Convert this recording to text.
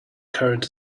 current